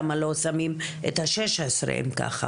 למה לא כותבים את כל השישה עשר כאן?